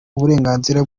uburenganzira